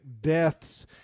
deaths